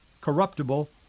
corruptible